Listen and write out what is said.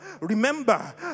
Remember